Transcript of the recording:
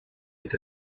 with